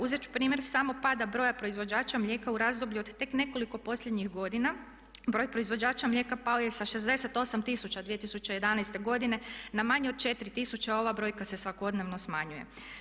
Uzeti ću u primjer samo pada broja proizvođača mlijeka u razdoblju od tek nekoliko posljednjih godina, broj proizvođača mlijeka pao je sa 68 tisuća 2011. godine na manje od 4 tisuće a ova brojka se svakodnevno smanjuje.